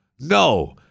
no